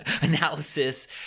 analysis